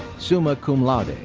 summa cum laude.